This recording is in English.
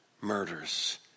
murders